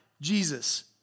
Jesus